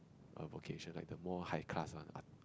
err vocation like a more high class one a~